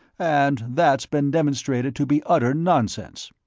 and that's been demonstrated to be utter nonsense.